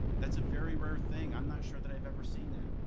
that's a very rare thing, i'm not sure that i've ever seen that.